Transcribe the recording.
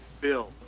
Bill